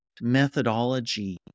methodology